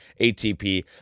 ATP